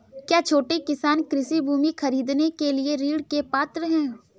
क्या छोटे किसान कृषि भूमि खरीदने के लिए ऋण के पात्र हैं?